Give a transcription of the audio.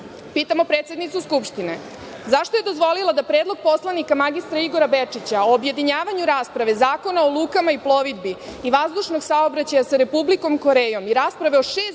štiti? Pitamo predsednicu Skupštine: Zašto je dozvolila da predlog poslanika mr Igora Bečića o objedinjavanju rasprave Zakona o lukama i plovidbi i vazdušnog saobraćaja sa Republikom Korejom i rasprave o šest